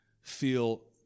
feel